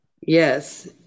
yes